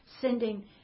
sending